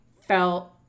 felt